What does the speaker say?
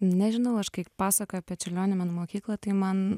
nežinau aš kai pasakoju apie čiurlionio menų mokyklą tai man